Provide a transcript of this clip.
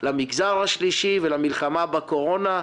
למגזר השלישי ולמלחמה בקורונה.